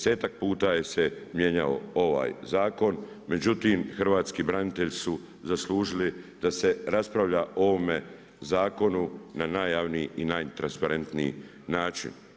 10-tak puta je se mijenjao ovaj zakon, međutim, hrvatski branitelji su zaslužili da se raspravlja o ovome zakonu na najjavniji i najtransparentniji način.